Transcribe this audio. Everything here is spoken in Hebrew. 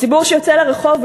הציבור שיוצא לרחוב,